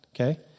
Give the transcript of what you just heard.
okay